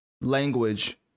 language